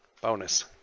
bonus